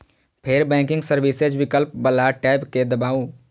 फेर banking services विकल्प बला टैब कें दबाउ